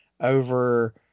over